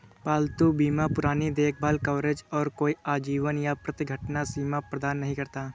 पालतू बीमा पुरानी देखभाल कवरेज और कोई आजीवन या प्रति घटना सीमा प्रदान नहीं करता